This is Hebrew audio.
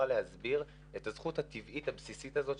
להסביר את הזכות הטבעית הבסיסית הזאת,